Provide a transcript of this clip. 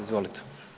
Izvolite.